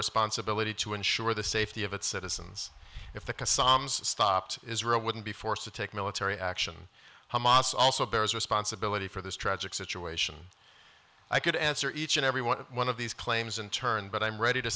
responsibility to ensure the safety of its citizens if the kasam stopped israel wouldn't be forced to take military action hamas also bears responsibility for this tragic situation i could answer each and every one one of these claims in turn but i'm ready to